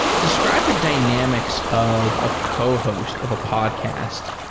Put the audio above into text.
describe the dynamics of a cohost of a podcast.